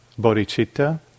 bodhicitta